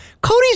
Cody's